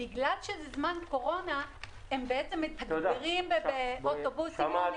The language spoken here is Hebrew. בגלל שזה זמן קורונה הם מתגברים באוטובוסים לא נגישים.